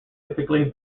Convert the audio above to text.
typically